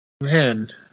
Man